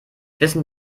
wissen